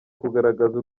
kugaragaza